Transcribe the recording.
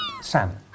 Sam